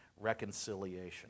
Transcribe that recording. reconciliation